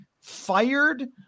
fired